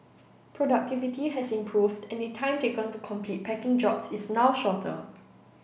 productivity has improved and the time taken to complete packing jobs is now shorter